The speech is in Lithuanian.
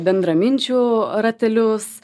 bendraminčių ratelius